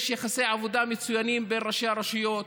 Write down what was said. יש יחסי עבודה מצוינים בין ראשי הרשויות,